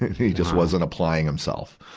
he just wasn't applying himself.